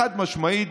חד-משמעית,